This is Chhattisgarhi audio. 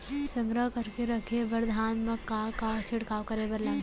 संग्रह करके रखे बर धान मा का का छिड़काव करे बर लागही?